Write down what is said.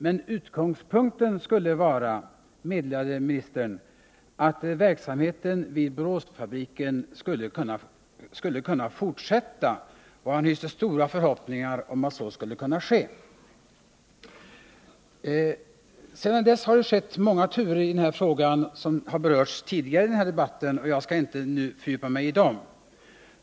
Men utgångspunkten skulle vara, meddelade ministern, att verksamheten vid Boråsfabriken skulle kunna fortsätta, och han hyste stora förhoppningar om att så skulle kunna ske. Sedan dess har det varit många turer i den här frågan, som berörts tidigare i debatten. Jag skall inte nu fördjupa mig i dem.